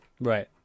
Right